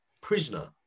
prisoner